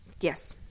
Yes